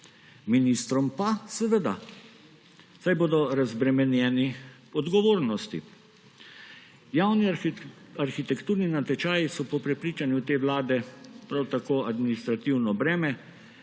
Ministrom pa, seveda, saj bodo razbremenjeni odgovornosti. Javni arhitekturni natečaji so po prepričanju te vlade prav tako administrativno breme,